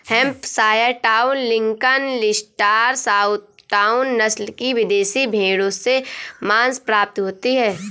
Hampshire town, Lincoln, Leicester, South town, नस्ल की विदेशी भेंड़ों से माँस प्राप्ति होती है